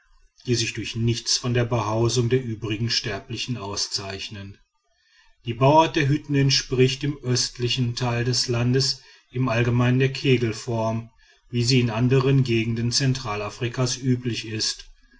die sich durch nichts von den behausungen der übrigen sterblichen auszeichnen die bauart der hütten entspricht im östlichen teil des landes im allgemeinen der kegelform wie sie in andern gegenden zentralafrikas üblich ist